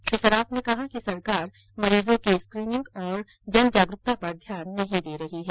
श्री सराफ ने कहा कि सरकार मरीजों की स्क्रीनिंग तथा जन जागरूकता पर ध्यान नहीं दे रही है